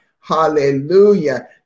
Hallelujah